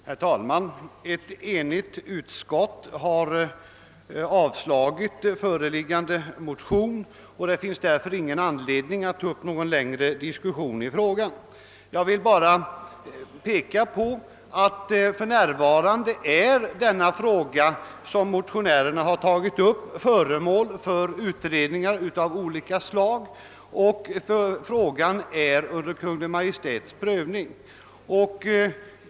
Herr talman! Ett enigt utskott har avstyrkt föreliggande motion och det finns därför ingen anledning att ta upp någon längre diskussion i frågan. Jag vill bara påpeka att det spörsmål som motionärerna här tagit upp är föremål för utredningar av olika slag och även är föremål för Kungl. Maj:ts prövning.